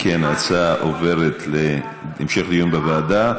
אם כן, ההצעה עוברת להמשך דיון בוועדה.